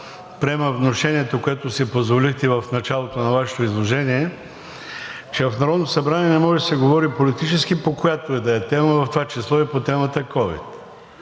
приема внушението, което си позволихте в началото на Вашето изложение, че в Народното събрание не може да се говори политически по която и да е тема, в това число и по темата ковид.